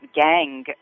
gang